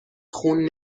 خون